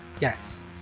Yes